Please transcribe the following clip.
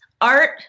art